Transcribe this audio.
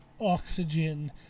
oxygen